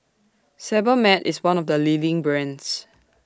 Sebamed IS one of The leading brands